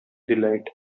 delight